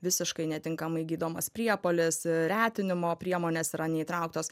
visiškai netinkamai gydomas priepuolis retinimo priemonės yra neįtrauktos